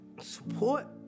support